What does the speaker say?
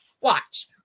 Watch